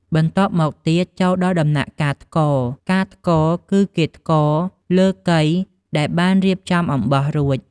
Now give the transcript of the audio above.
បន្ទាប់មកឈានចូលដល់ដំណាក់កាលថ្ករ ការថ្ករ គឺគេថ្ករលើកីដែលបានរៀបចំអំបោះរួច។